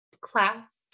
class